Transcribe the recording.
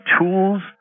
tools